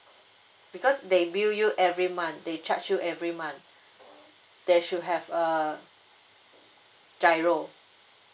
because they bill you every month they charge you every month there should have err GIRO